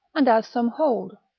and as some hold,